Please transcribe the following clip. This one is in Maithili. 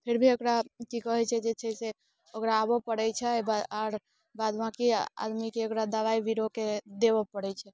फिर भी ओकरा की कहै छै जे छै से ओकरा आबय पड़ैत छै आर बाद बाँकी आदमीके ओकरा दबाइ बिरोके देबय पड़ैत छै